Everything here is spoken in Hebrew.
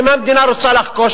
אם המדינה רוצה לחקור,